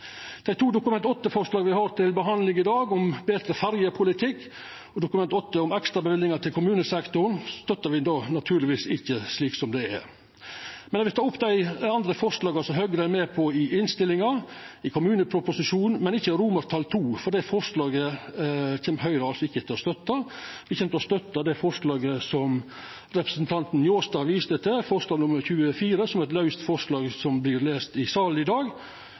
to Dokument 8-forslaga me har til behandling i dag, om betre ferjepolitikk og ekstraløyvingar til kommunesektoren, støttar me naturlegvis ikkje slik som det er. Eg vil tilrå dei andre forslaga Høgre er med på i innstillinga i kommuneproposisjonen, men ikkje forslag til vedtak II, for det kjem ikkje Høgre til å støtta. Me kjem i staden til å støtta det forslaget representanten Njåstad viste til, forslag nr. 24, som er eit laust forslag som vert lese i salen i dag.